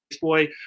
Boy